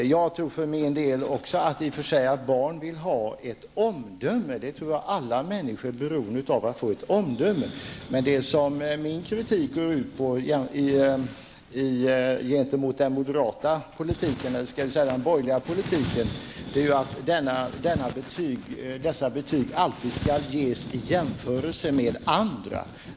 Jag för min del tror i och för sig också att barn vill höra ett omdöme om sig. Jag tror att alla människor är beroende av att få höra ett omdöme. Vad min kritik mot den borgerliga politiken går ut på är det här med att betyg alltid skall ges i jämförelse med andra.